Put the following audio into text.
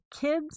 kids